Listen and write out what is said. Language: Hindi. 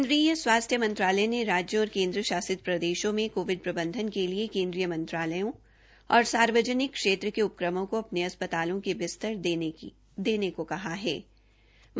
केन्द्रीय स्वास्थ्य मंत्रालय ने राज्यों और केन्द्र शासित प्रदेशों में कोविड प्रबंधन के लिए केन्द्रीय मंत्रालयों और सार्वजनिक क्षेत्र के उपक्रमों को अपने अस्पतालों के बिस्तर देने की सलाह दी है